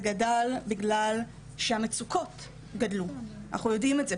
גדל בגלל שהמצוקות גדלו ואנחנו יודעים את זה,